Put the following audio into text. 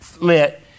lit